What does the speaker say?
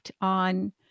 on